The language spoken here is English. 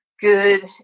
good